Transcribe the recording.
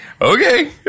Okay